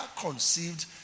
conceived